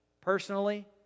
personally